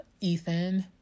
Ethan